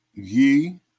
ye